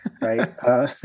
right